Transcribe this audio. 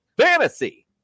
Fantasy